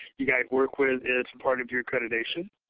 you guys work with. it's and part of your accreditation.